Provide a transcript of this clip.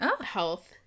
health